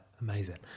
Amazing